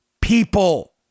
people